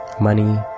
money